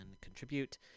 contribute